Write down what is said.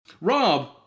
Rob